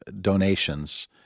donations